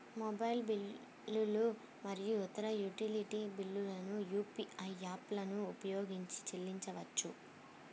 mobile బిల్లులు మరియు ఇతర యుటిలిటీ బిల్లులను యూ.పీ.ఐ యాప్లను ఉపయోగించి చెల్లించవచ్చు